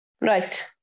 right